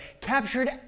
captured